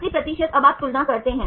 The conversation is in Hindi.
80 प्रतिशत अब आप तुलना करते हैं